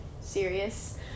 serious